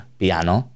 piano